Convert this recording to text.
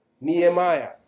Nehemiah